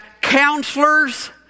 counselors